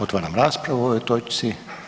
Otvaram raspravu o ovoj točci.